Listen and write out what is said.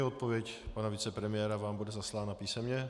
Odpověď pana vicepremiéra vám bude zaslána písemně.